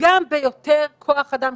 גם ביותר כוח אדם,